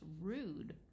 rude